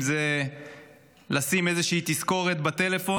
אם זה לשים איזו שהיא תזכורת בטלפון,